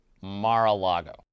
Mar-a-Lago